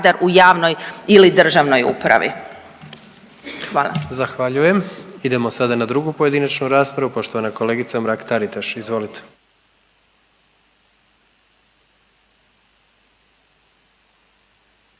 **Jandroković, Gordan (HDZ)** Zahvaljujem. Idemo sada na drugi pojedinačnu raspravu, poštovana kolegica Mrak Taritaš. Izvolite.